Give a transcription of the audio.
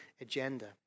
agenda